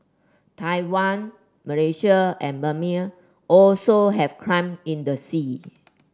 Taiwan Malaysia and Brunei also have claim in the sea